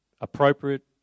appropriate